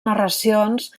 narracions